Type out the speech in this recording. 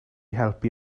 helpu